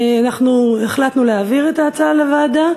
אנחנו החלטנו להעביר את ההצעה לוועדה.